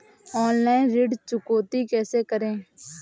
Online ऋण चुकौती कैसे करें?